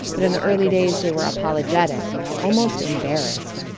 but in the early days, they were apologetic, almost embarrassed.